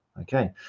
Okay